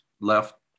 left